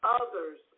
others